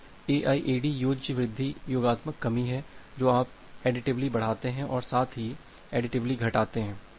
तो एआईएडी योज्य वृद्धि योगात्मक कमी है जो आप एडीटिवली बढ़ाते हैं और साथ ही एडीटिवली घटाते हैं